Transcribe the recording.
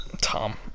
Tom